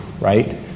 right